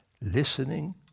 listening